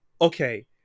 okay